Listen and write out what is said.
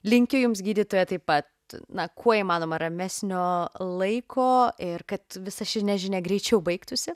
linkiu jums gydytoja taip pat na kuo įmanoma ramesnio laiko ir kad visa ši nežinia greičiau baigtųsi